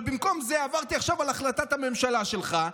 אבל במקום זה עברתי עכשיו על החלטת הממשלה שלך,